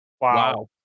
Wow